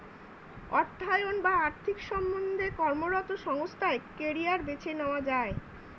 অর্থায়ন বা আর্থিক সম্বন্ধে কর্মরত সংস্থায় কেরিয়ার বেছে নেওয়া যায়